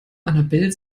annabel